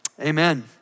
Amen